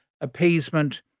appeasement